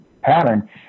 pattern